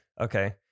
Okay